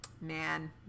Man